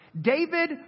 David